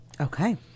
Okay